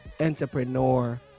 entrepreneur